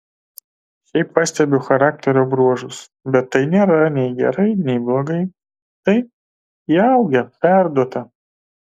šiaip pastebiu charakterio bruožus bet tai nėra nei gerai nei blogai tai įaugę perduota